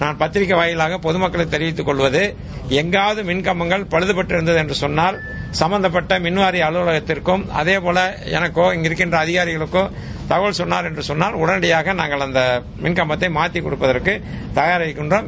நான் பத்திரிக்கை வாயிலாக பொது மக்களுக்கு தெரிவித்துக்கொள்வது எங்காவது மின் கம்பங்கள் பழுது பட்டிருக்கிறது என்று சொன்னால் சம்மந்தப்பட்ட மின் வாரிய அலுவலத்திற்கும் அதேபோல எனக்கோ இங்குள்ள அதிகாரிகளுக்கோ தகவல் சொன்னால் என்று சொன்னால் உடனடியாக நாங்கள் அந்த மின்கம்பத்தை மாற்றி னொடுப்பதற்கு தயாராக இருக்கின்றோம்